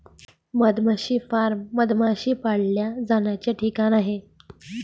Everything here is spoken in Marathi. मधमाशी फार्म मधमाश्या पाळल्या जाण्याचा ठिकाण आहे